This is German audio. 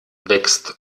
wächst